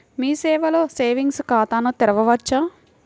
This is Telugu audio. మీ సేవలో సేవింగ్స్ ఖాతాను తెరవవచ్చా?